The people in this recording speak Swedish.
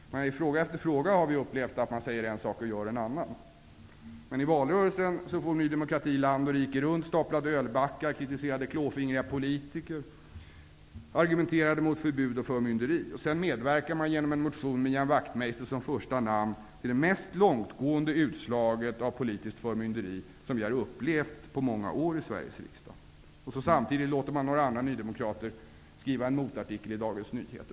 I fråga efter fråga har vi upplevt att man säger en sak och gör en annan. I valrörelsen for Ny demokrati land och rike runt, staplade ölbackar, kritiserade klåfingriga politiker, argumenterade mot förbud och förmynderi. Sedan medverkar man genom en motion med Ian Wachtmeister som första namn till det mest långtgående utslaget av politiskt förmynderi som vi har upplevt på många år i Sveriges riksdag. Samtidigt låter man några andra nydemokrater skriva en motartikel i Dagens Nyheter.